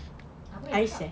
apa nak cakap